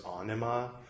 anima